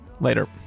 later